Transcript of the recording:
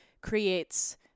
creates